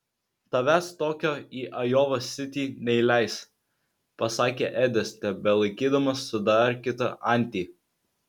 tavęs tokio į ajova sitį neįleis pasakė edis tebelaikydamas sudarkytą antį